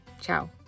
ciao